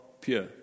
pure